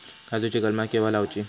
काजुची कलमा केव्हा लावची?